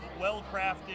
well-crafted